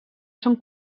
són